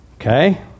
Okay